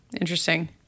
Interesting